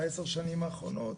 בעשר השנים האחרונות,